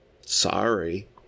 sorry